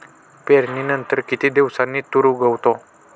पेरणीनंतर किती दिवसांनी तूर उगवतो?